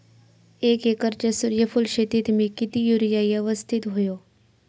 एक एकरच्या सूर्यफुल शेतीत मी किती युरिया यवस्तित व्हयो?